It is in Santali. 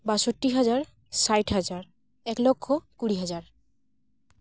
ᱵᱟᱥᱚᱴᱤ ᱦᱟᱡᱟᱨ ᱥᱟᱴ ᱦᱟᱡᱟᱨ ᱮᱠᱞᱚᱠᱷᱚ ᱠᱤᱲᱤ ᱦᱟᱡᱟᱨ